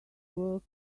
work